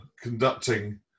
conducting